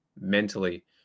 mentally